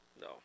No